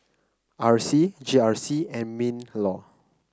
R C G R C and Minlaw